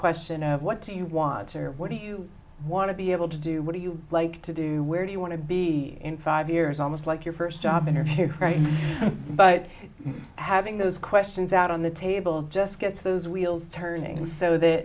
question what do you want or what do you want to be able to do what do you like to do where do you want to be in five years almost like your first job interview but having those questions out on the table just gets those wheels turning and so that